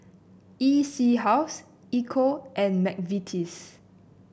E C House Ecco and McVitie's